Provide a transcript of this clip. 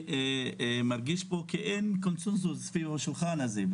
מרגיש פה שאין קונצנזוס סביב השולחן הזה.